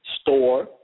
store